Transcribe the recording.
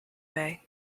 may